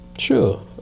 Sure